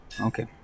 Okay